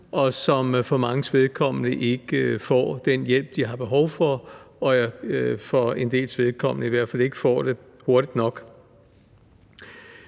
og som for manges vedkommende ikke får den hjælp, de har behov for, og for en dels vedkommende i hvert fald ikke får den hurtigt nok.